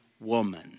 woman